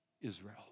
Israel